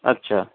আচ্ছা